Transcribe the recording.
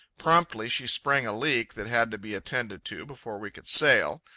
promptly she sprang a leak that had to be attended to before we could sail.